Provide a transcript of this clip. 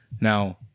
Now